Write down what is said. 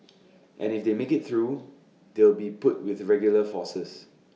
and if they make IT through they'll be put with regular forces